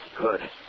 good